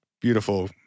beautiful